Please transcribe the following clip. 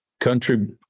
country